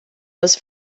was